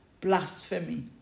blasphemy